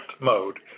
mode